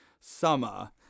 summer